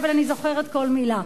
אבל אני זוכרת כל מלה,